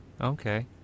Okay